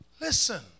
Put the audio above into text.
Listen